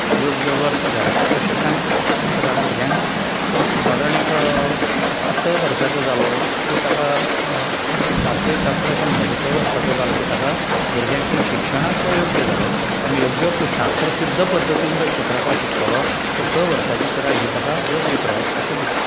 योग्य वर्स जाय अशें कांय चित्रां भुरग्यांक नासता पूण सादारण एक पांच स वर्साचो जालो की ताका भारतीय शास्त्र अशें म्हणटा की स वर्साचो जालो की ताका भुरग्यांकी शिक्षणाक तो योग्य जालो तें योग्य शास्त्रशुद्ध पद्दतीन जर तर चित्रकला शिकतलो जाल्यार स वर्साची पिराय ही ताका योग्य पिराय अशें दिसता